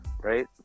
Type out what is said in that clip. Right